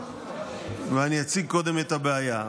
אציג קודם את הבעיה.